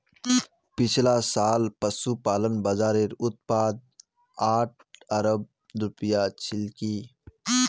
पिछला साल पशुपालन बाज़ारेर उत्पाद आठ अरब रूपया छिलकी